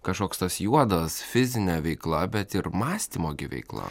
kažkoks tas juodas fizinė veikla bet ir mąstymo gi veikla